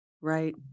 Right